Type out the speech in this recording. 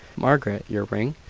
margaret! your ring?